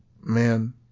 Man